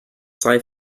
sci